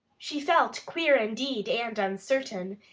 she felt queer indeed and uncertain,